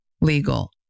legal